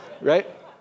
right